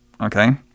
Okay